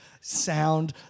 sound